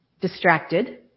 distracted